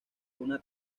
una